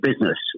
business